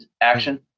action